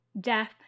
death